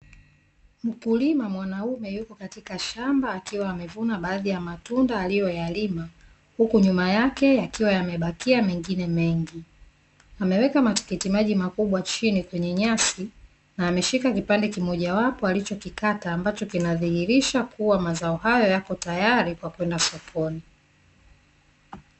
Mkulima mwanaume yuko katika shamba akiwa amevuna baadhi ya matunda aliyoyalima, huku nyuma yake yakiwa yamebakia mengine mengi. Ameweka matikiti maji makubwa chini kwenye nyasi, na ameshika kipande kimojawapo alichokikata, ambacho kinadhihirisha kuwa mazao hayo yako tayari kwa kwenda sokoni.